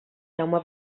jaume